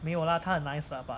没有 lah 他很 nice lah but